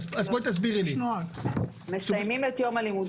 אוקיי לא,